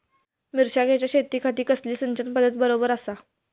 मिर्षागेंच्या शेतीखाती कसली सिंचन पध्दत बरोबर आसा?